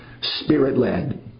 spirit-led